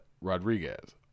Rodriguez